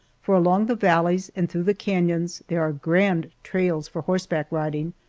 for along the valleys and through the canons there are grand trails for horseback riding,